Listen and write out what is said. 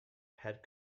had